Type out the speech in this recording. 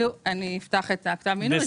אפתח את כתב המינוי.